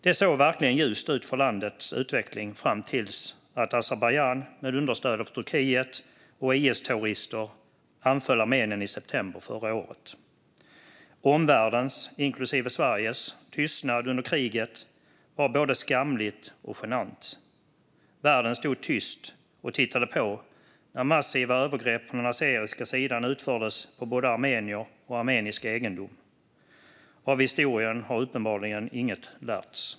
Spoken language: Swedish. Det såg verkligen ljust ut för landets utveckling fram till att Azerbajdzjan med understöd av Turkiet och IS-terrorister anföll Armenien i september förra året. Omvärldens, inklusive Sveriges, tystnad under kriget var både skamlig och genant. Världen stod tyst och tittade på när massiva övergrepp från den azeriska sidan utfördes på både armenier och armenisk egendom. Av historien har uppenbarligen inget lärts.